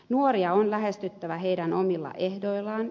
nuoria on lähestyttävä heidän omilla ehdoillaan